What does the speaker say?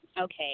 Okay